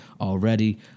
already